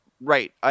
Right